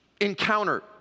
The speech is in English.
encounter